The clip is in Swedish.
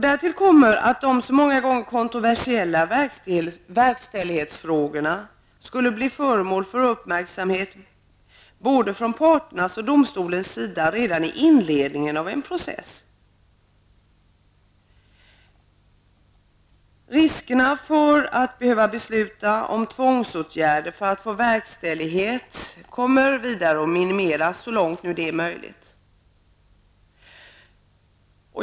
Därtill kommer att de många gånger kontroversiella verkställighetsfrågorna skulle bli föremål för uppmärksamhet från både parternas och domstolens sida redan i inledningen av en process. Vidare kommer risken att behöva besluta om tvångsåtgärder för att få verkställighet att minimeras så långt detta är möjligt.